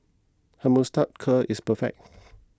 his moustache curl is perfect